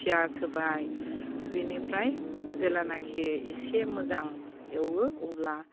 पियास होबाय बिनिफ्राय जेलानाखि एसे मोजां एवो अब्ला